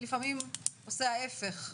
לפעמים עושה ההיפך.